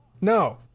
no